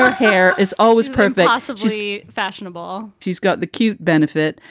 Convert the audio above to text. her hair is always perfect. ah so juicy, fashionable. she's got the cute benefit.